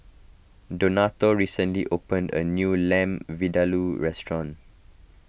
Donato recently opened a new Lamb Vindaloo restaurant